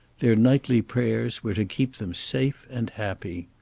their nightly prayers were to keep them safe and happy.